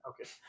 Okay